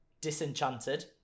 Disenchanted